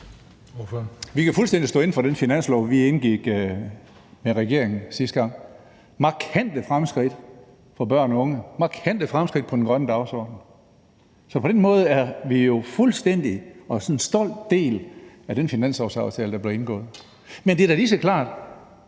Vi kan fuldstændig stå inde for den finanslov, vi indgik aftale med regeringen om sidste gang: markante fremskridt for børn og unge, markante fremskridt på den grønne dagsorden. Så på den måde er vi jo fuldstændig og en stolt del af den finanslovsaftale, der blev indgået. Men det er da lige så klart,